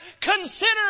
Consider